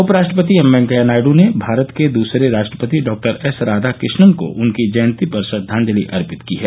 उपराष्ट्रपति एम वेंकैया नायड ने भारत के दुसरे राष्ट्रपति डॉक्टर एस राधाकृष्णन को उनकी जयती पर श्रद्वांजलि अर्पित की है